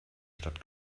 stadt